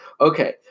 Okay